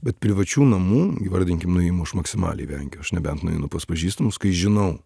bet privačių namų įvardinkim nuėjimų už maksimaliai vengiu aš nebent nueinu pas pažįstamus kai žinau